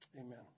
amen